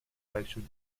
selection